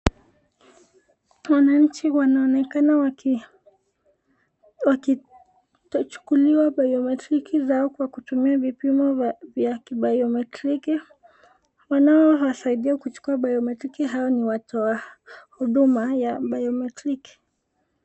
Wananchi wanaonekana wakichukuliwa bayometriki zao kwa kutumia vipimo vya kibayometriki. Wanaowasaidia kuchukua bayometriki hao ni watu wa huduma ya bayometriki.